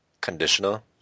conditional